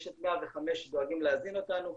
יש את 105 שדואגים להזין אותנו.